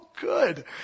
good